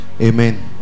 Amen